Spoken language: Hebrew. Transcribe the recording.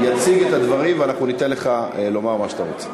הוא יציג את הדברים ואנחנו ניתן לך לומר מה שאתה רוצה.